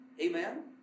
Amen